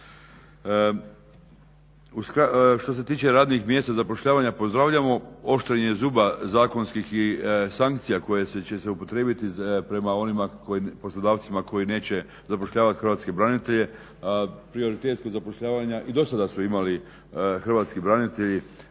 Što se tiče radnih mjesta zapošljavanja pozdravljamo oštrenje zuba zakonskih sankcija koje će se upotrijebiti prema onim poslodavcima koji neće zapošljavati hrvatske branitelje, a prioritet kod zapošljavanja i dosada su imali hrvatski branitelji